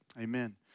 Amen